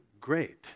great